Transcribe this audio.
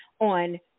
on